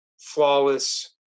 flawless